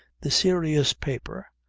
the serious paper,